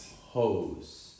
hose